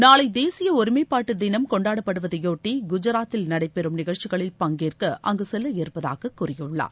நாளை தேசிய ஒருமைப்பாட்டு தினம் கொண்டாடப்படுவதையொட்டி குஜராத்தில் நடைபெறும் நிகழ்ச்சிகளில் பங்கேற்க அங்கு செல்ல இருப்பதாக கூறியுள்ளார்